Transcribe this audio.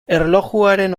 erlojuaren